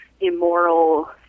immoral